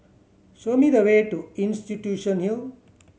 show me the way to Institution Hill